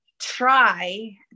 try